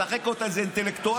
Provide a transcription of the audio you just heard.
משחק אותה איזה אינטלקטואל,